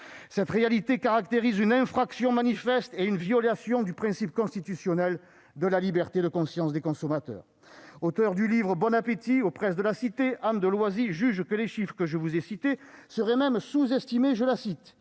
Cette réalité caractérise une infraction manifeste et une violation du principe constitutionnel de liberté de conscience des consommateurs. Auteur du livre, paru aux éditions Presses de la Cité, Anne de Loisy juge que les chiffres que je vous ai cités seraient même sous-estimés. Elle